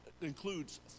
includes